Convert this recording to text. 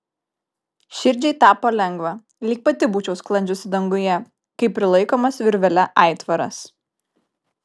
širdžiai tapo lengva lyg pati būčiau sklandžiusi danguje kaip prilaikomas virvele aitvaras